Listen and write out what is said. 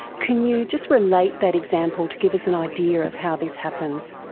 can you just relate that example to give us an idea of how this happens?